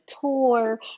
tour